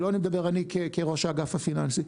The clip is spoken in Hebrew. לא אני כראש האגף הפיננסי.